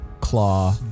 claw